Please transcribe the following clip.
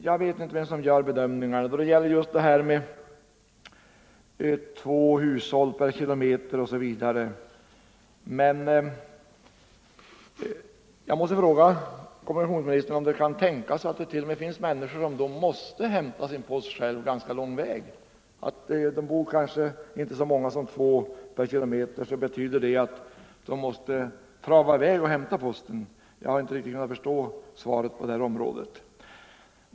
Jag vet inte vem som gör dessa bedömningar att det just skall vara två hushåll per kilometer, och jag måste fråga kommunikationsministern om det kan tänkas att det t.o.m. finns människor som måste fara ganska lång väg och hämta sin post själva. Om det inte bor så många som två familjer per kilometer betyder det att de måste trava i väg och hämta posten. Jag har inte riktigt kunna förstå svaret på det här området.